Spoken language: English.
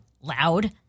loud